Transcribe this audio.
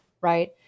right